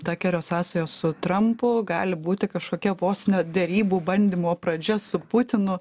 takerio sąsajos su trampu gali būti kažkokia vos ne derybų bandymų pradžia su putinu